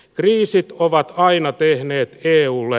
kriisit ovat aina tehneet keula